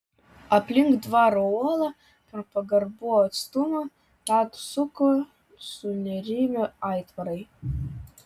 aplink dvaro uolą per pagarbų atstumą ratus suko sunerimę aitvarai